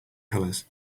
colors